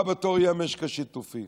הבא בתור יהיה המשק השיתופי.